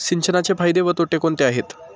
सिंचनाचे फायदे व तोटे कोणते आहेत?